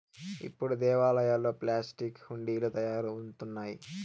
ఇప్పుడు దేవాలయాల్లో ప్లాస్టిక్ హుండీలు తయారవుతున్నాయి